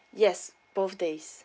yes both days